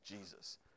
Jesus